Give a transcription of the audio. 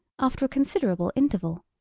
after considerable interval,